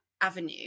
avenue